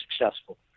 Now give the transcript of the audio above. successful